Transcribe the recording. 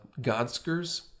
Godskers